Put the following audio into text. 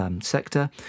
sector